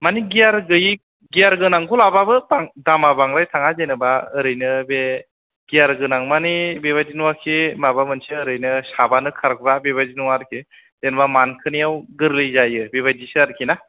मानि गियार गोयि गियार गोनांखौ लाबाबो बां दामा बांद्राय थाङा जेनोबा ओरैनो बे गियार गोनां मानि बेबायदि नङा खि माबा मोनसे ओरैनो साबानो खारग्रा बेबायदि नङा आरखि जेन'बा मानखोनायाव गोरलै जायो बेबायदिसो आरखि ना